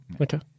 Okay